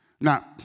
Now